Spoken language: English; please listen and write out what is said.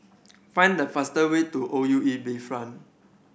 find the fastest way to O U E Bayfront